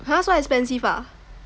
!huh! so expensive ah